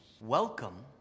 welcome